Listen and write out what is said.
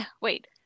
wait